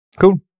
Cool